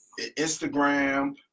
Instagram